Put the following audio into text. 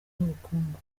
n’ubukungu